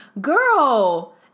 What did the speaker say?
Girl